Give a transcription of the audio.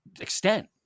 extent